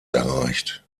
erreicht